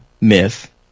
myth